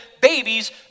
babies